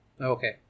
Okay